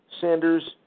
Sanders